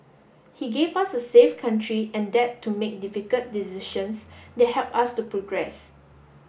he gave us a safe country and dared to make difficult decisions that helped us to progress